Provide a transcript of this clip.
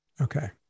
Okay